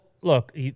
look